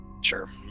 Sure